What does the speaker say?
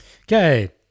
Okay